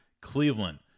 Cleveland